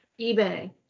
eBay